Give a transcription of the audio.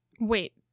Wait